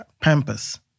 pampas